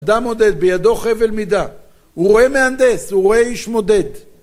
אדם מודד, בידו חבל מידה, הוא רואה מהנדס, הוא רואה איש מודד